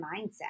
mindset